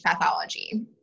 pathology